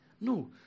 No